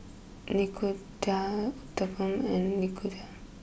Nikujaga Uthapam and Nikujaga